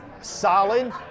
Solid